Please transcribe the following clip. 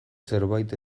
zerbait